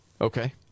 Okay